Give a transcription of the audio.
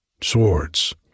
swords